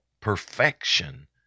perfection